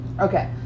Okay